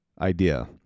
idea